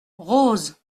rose